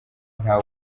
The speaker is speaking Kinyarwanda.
nta